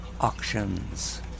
auctions